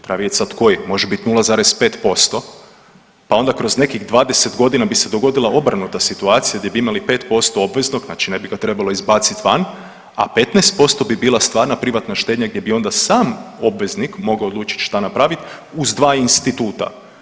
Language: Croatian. Treba vidjet sad koji, može biti 0,5% pa onda kroz nekih 20 godina bi se dogodila obrnuta situacija gdje bi imali 5% obveznog, znači ne bi ga trebalo izbaciti van, a 15% bi bila stvarna privatna štednja gdje bi onda sam obveznik mogao odlučiti šta napraviti uz dva instituta.